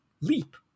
leap